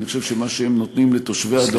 אני חושב שמה שהם נותנים לתושבי הדרום,